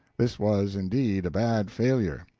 this was, indeed, a bad failure,